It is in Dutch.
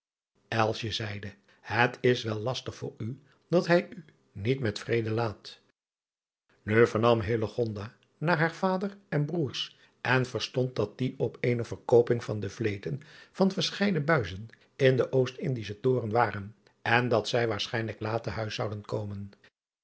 et is wel lastig voor u dat hij u niet met vreden laat u vernam naar haar vader en broêrs en verstond dat die op eene verkooping van de leten van verscheiden uizen in den ost ndischen oren waren en dat zij waarschijnlijk laat te huis zouden komen